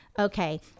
Okay